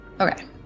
Okay